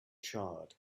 charred